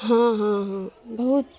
ہاں ہاں ہاں بہت